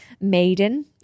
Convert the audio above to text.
Maiden